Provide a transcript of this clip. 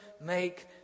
make